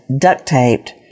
duct-taped